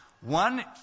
One